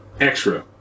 extra